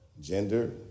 Gender